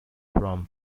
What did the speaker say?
from